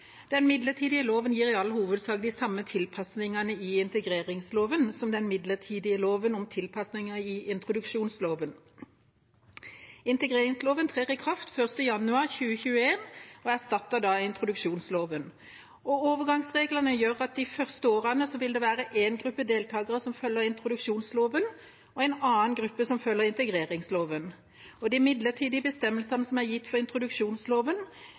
Den midlertidige loven gir i all hovedsak de samme tilpasningene i integreringsloven som den midlertidige loven om tilpasninger i introduksjonsloven. Integreringsloven trer i kraft 1. januar 2021 og erstatter da introduksjonsloven. Overgangsreglene gjør at de første årene vil det være en gruppe deltakere som følger introduksjonsloven, og en annen gruppe som følger integreringsloven. De midlertidige bestemmelsene som er gitt for introduksjonsloven,